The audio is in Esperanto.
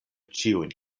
ĉiujn